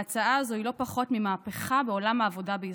ההצעה הזו היא לא פחות ממהפכה בעולם העבודה בישראל,